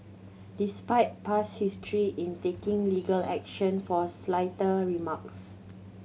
despite past history in taking legal action for slighter remarks